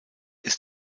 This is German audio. ist